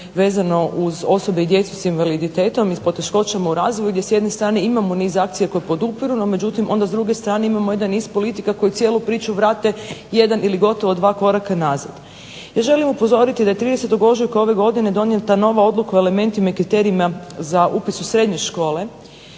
vezano uz osobe i djecu sa invaliditetom i poteškoćama u razvoju gdje s jedne strane imamo niz akcija koje podupiru onda s druge strane imamo jedan niz politika koju cijelu priču vrate jedan ili dva koraka nazad. Ja želim upozoriti da je 30. ožujka ove godine donijeta nova odluka o elementima i kriterijima za upis u srednje škole